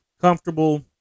comfortable